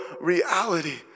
reality